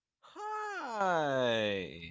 Hi